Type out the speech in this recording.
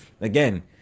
again